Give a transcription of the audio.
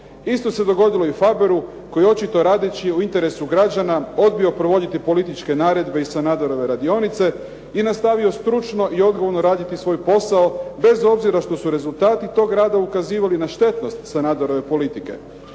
Isto se dogodilo Faberu koji je očito radeći u interesu građana odbio provoditi političke naredbe iz Sanaderove radionice i nastavio stručno i odgovorno raditi svoj posao bez obzira što su rezultati tog rada ukazivali na štetnost Sanaderove politike.